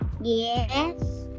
Yes